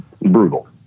brutal